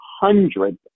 hundreds